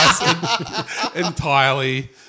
entirely